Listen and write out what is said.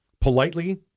politely